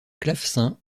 clavecin